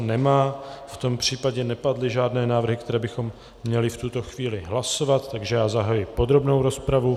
Nemá, v tom případě nepadly žádné návrhy, které bychom měli v tuto chvíli hlasovat, takže já zahajuji podrobnou rozpravu.